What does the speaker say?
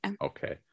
Okay